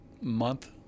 month